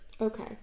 okay